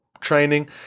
training